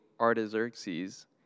Artaxerxes